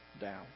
down